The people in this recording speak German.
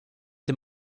dem